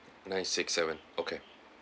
nine six seven okay